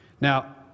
Now